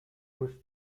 was